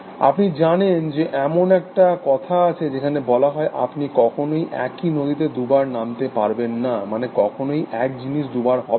আপনি জানেন যে এমন একটা কথা আছে যেখানে বলা হয় আপনি কখনওই একই নদীতে দুবার নামতে পারবেন না মানে কখনওই এক জিনিস দুবার হবে না